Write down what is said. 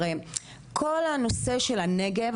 הרי כל הנושא של הנגב,